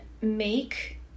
make